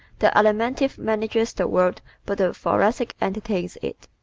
the alimentive manages the world but the thoracic entertains it.